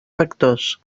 factors